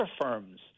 firms